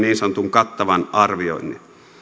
niin sanotun kattavan arvioinnin